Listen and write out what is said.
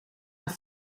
haar